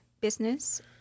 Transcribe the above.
Business